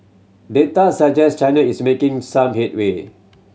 Data suggest China is making some headway